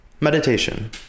Meditation